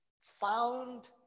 found